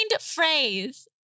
phrase